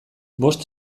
bost